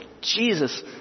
Jesus